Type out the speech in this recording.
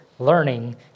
Learning